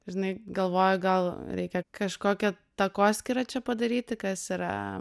žinai galvoju gal reikia kažkokią takoskyrą čia padaryti kas yra